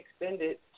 extended